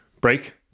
break